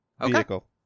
Vehicle